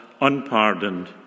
unpardoned